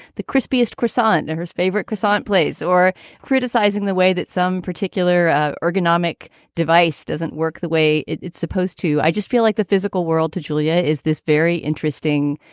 the crispest chris on and her favorite chris arndt plays or criticizing the way that some particular ergonomic device doesn't work the way it's supposed to. i just feel like the physical world to julia is this very interesting,